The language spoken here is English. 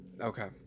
Okay